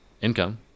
income